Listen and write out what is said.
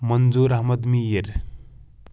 Manzoor Ahmad Mir